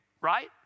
Right